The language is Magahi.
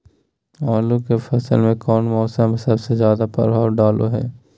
आलू के फसल में कौन मौसम सबसे ज्यादा प्रभाव डालो हय?